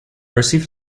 received